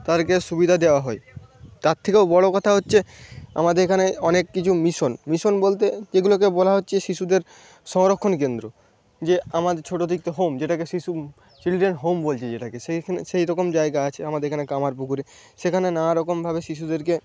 তাদেরকে সুবিধা দেওয়া হয় তার থেকেও বড়ো কথা হচ্ছে আমাদের এখানে অনেক কিছু মিশন মিশন বলতে যেগুলোকে বলা হচ্ছে শিশুদের সংরক্ষণকেন্দ্র যে আমাদের ছোটোদের হোম যেটাকে শিশু চিলড্রেন হোম বলছি যেটাকে সেইখেনে সেইরকম জায়গা আছে আমাদের এখানে কামারপুকুরে সেখানে নানারকমভাবে শিশুদেরকে